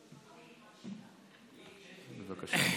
בבקשה.